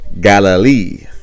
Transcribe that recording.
Galilee